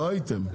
לא הייתם,